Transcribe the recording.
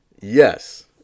Yes